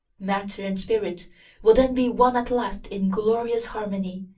matter and spirit will then be one at last in glorious harmony,